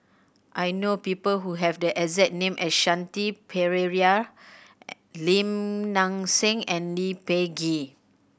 I know people who have the exact name as Shanti Pereira Lim Nang Seng and Lee Peh Gee